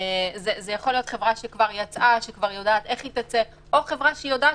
זה יכול להיות חברה שכבר יצאה וכבר יודעת איך היא תצא או חברה שיודעת